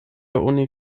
oni